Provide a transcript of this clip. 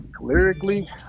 Lyrically